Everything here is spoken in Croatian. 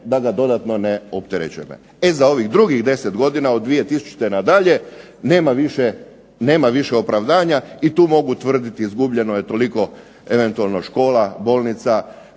da ga dodatno ne opterećuje. E za ovih drugih 10 godina od 2000. nadalje nema više opravdanja i tu mogu tvrditi izgubljeno je toliko eventualno škola, bolnica,